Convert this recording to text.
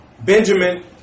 Benjamin